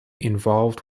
involved